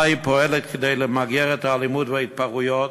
מה היא פועלת כדי למגר את האלימות וההתפרעויות,